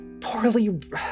poorly